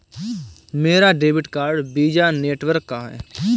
मेरा debit card Visa network का है